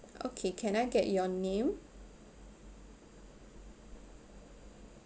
okay can I get your name